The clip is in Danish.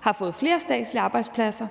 har fået flere statslige arbejdspladser,